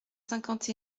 cinquante